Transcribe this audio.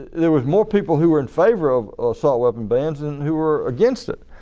there were more people who were in favor of assault weapon bans than who were against it.